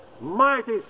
mighty